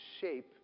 shape